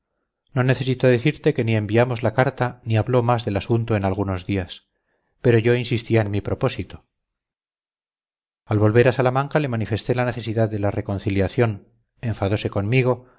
no necesito decirte que ni enviamos la carta ni habló más del asunto en algunos días pero yo insistía en mi propósito al volver a salamanca le manifesté la necesidad de la reconciliación enfadose conmigo